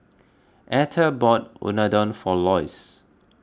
Etter bought Unadon for Loyce